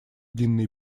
длинный